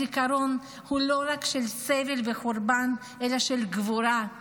הזיכרון הוא לא רק של סבל וחורבן אלא של גבורה,